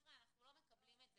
חבר'ה, אנחנו לא מקבלים את זה.